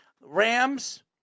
Rams